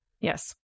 Yes